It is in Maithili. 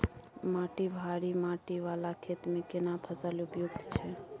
माटी भारी माटी वाला खेत में केना फसल उपयुक्त छैय?